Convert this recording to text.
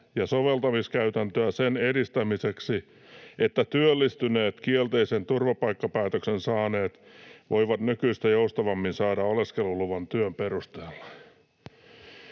ja soveltamiskäytäntöä sen edistämiseksi, että työllistyneet kielteisen turvapaikkapäätöksen saaneet voivat nykyistä joustavammin saada oleskeluluvan työn perusteella’.”